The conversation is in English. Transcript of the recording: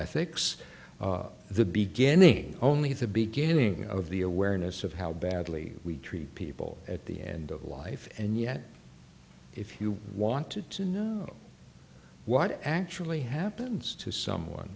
ethics the beginning only the beginning of the awareness of how badly we treat people at the end of life and yet if you want to know what actually happens to someone